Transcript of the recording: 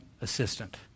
assistant